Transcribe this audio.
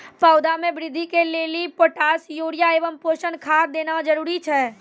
पौधा मे बृद्धि के लेली पोटास यूरिया एवं पोषण खाद देना जरूरी छै?